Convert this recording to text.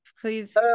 please